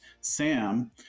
Sam